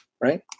right